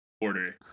order